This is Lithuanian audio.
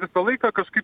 visą laiką kažkaip